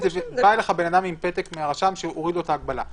בא אליך בן אדם עם פתק מהרשם שהוא הוריד לו את ההגבלה.